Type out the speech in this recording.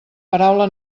paraula